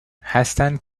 هستند